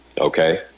okay